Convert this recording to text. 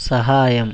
సహాయం